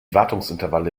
wartungsintervalle